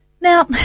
Now